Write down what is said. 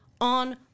on